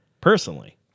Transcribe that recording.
personally